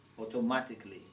automatically